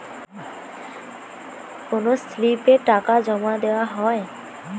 কোন স্লিপে টাকা জমাদেওয়া হয়?